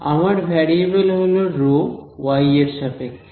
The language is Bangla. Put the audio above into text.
আমার ভ্যারিয়েবেল হল রো ওয়াই এর সাপেক্ষে